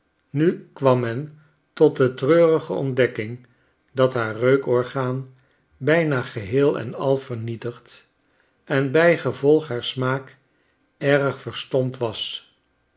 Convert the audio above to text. nu kwam men tot de treurige ontdekking dat haar reukorgaan bijna geheel en al vernietigd en bijgevolg haar smaak erg verstompt was